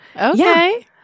Okay